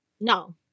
no